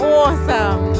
awesome